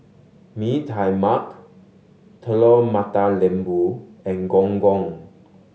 Mee Tai Mak Telur Mata Lembu and Gong Gong